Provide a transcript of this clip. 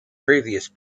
previous